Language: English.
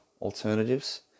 alternatives